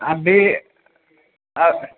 अभी अँ